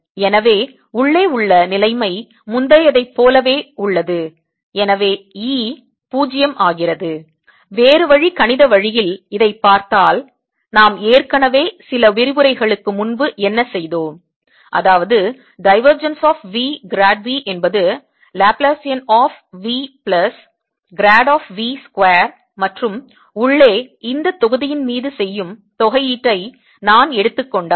எனவே உள்ளே உள்ள நிலைமை முந்தையதைப் போலவே உள்ளது எனவே E 0 ஆகிறது வேறு வழி கணித வழியில் இதைப் பார்த்தால் நாம் ஏற்கனவே சில விரிவுரைகளுக்கு முன்பு என்ன செய்தோம் அதாவது divergence of v grad v என்பது Laplacian of v plus grade of v square மற்றும் உள்ளே இந்த தொகுதியின் மீது செய்யும் தொகை ஈட்டை நான் எடுத்துக் கொண்டால்